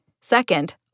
Second